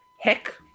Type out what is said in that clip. Heck